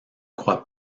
croit